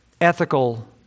ethical